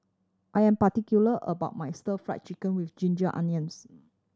I am particular about my Stir Fry Chicken with ginger onions